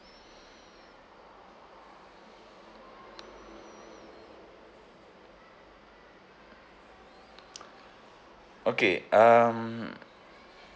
okay um